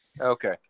Okay